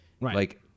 Right